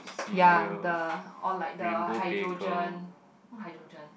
ya the or like the hydrogen hydrogen